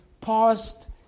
past